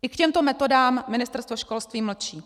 I k těmto metodám Ministerstvo školství mlčí.